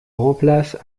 remplace